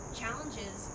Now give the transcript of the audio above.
challenges